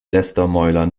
lästermäuler